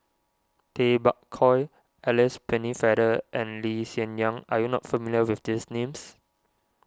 Tay Bak Koi Alice Pennefather and Lee Hsien Yang are you not familiar with these names